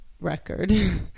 record